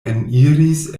eniris